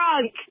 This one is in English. drunk